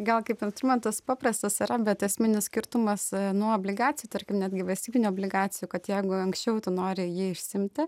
gal kaip instrumentas paprastas yra bet esminis skirtumas nuo obligacijų tarkim netgi valstybinių obligacijų kad jeigu anksčiau tu nori jį išsiimti